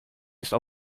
ist